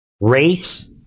race